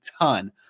ton